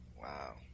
Wow